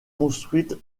construite